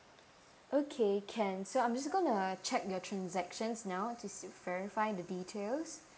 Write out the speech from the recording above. okay can so I'm just going to check your transactions now just to verify the details